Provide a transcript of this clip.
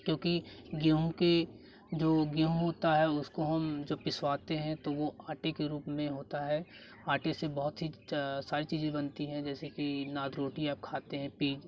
क्योंकि गेहूँ के जो गेहूँ होता है उसको हम जब पिसवाते हैं तो वो आटे के रूप में होता है आटे से बहुत ही जा सारी चीज़ें बनती हैं जैसे कि नाद रोटी आप खाते हैं पीज